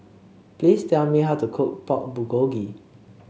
please tell me how to cook Pork Bulgogi